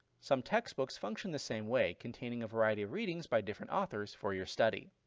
some textbooks function the same way, containing a variety of readings by different authors for your study.